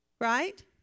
right